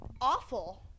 awful